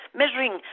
measuring